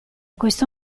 questo